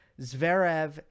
zverev